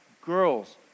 girls